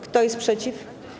Kto jest przeciw?